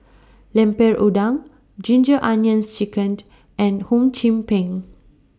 Lemper Udang Ginger Onions Chicken and Hum Chim Peng